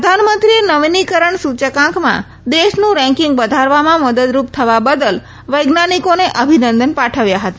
પ્રધાનમંત્રીએ નવીનીકરણ સુચકાંકમાં દેશનું રેકીંગ વધારવામાં મદદરૂપ થવા બદલ વૈજ્ઞાનીકોને અભિનંદન પાઠવ્યા હતા